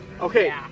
Okay